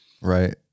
Right